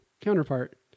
counterpart